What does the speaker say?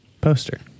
poster